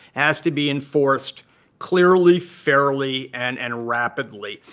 has to be enforced clearly, fairly, and and rapidly.